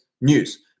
news